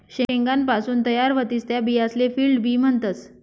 शेंगासपासून तयार व्हतीस त्या बियासले फील्ड बी म्हणतस